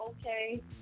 okay